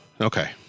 Okay